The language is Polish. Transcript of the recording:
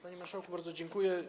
Panie marszałku, bardzo dziękuję.